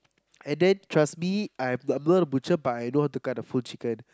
and then trust me I'm I'm not a butcher but I know how to cut a full chicken